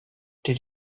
did